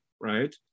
right